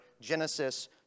Genesis